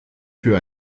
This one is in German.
für